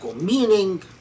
Meaning